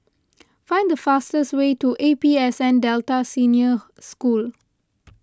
find the fastest way to A P S N Delta Senior School